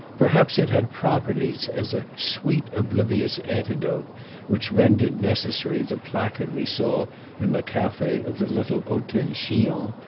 perhaps it had properties as a sweet, oblivious antidote which rendered necessary the placard we saw in the cafe of the little hotel chillon